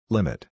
Limit